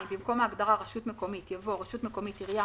(2)במקום ההגדרה "רשות מקומית" יבוא: ""רשות מקומית" עירייה,